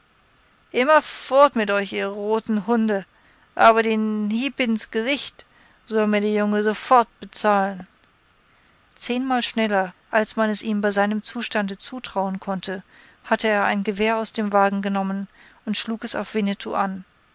immer fort mit euch ihr roten hunde aber den hieb ins gesicht soll mir der junge sofort bezahlen zehnmal schneller als man es ihm bei seinem zustande zutrauen konnte hatte er ein gewehr aus dem wagen genommen und schlug es auf winnetou an